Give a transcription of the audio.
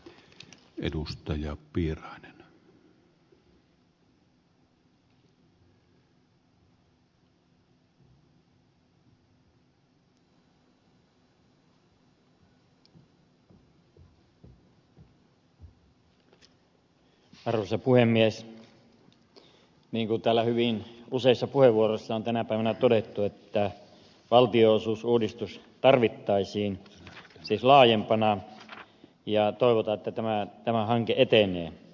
niin kuin täällä hyvin useissa puheenvuoroissa on tänä päivänä todettu valtionosuusuudistus tarvittaisiin siis laajempana ja toivotaan että tämä hanke etenee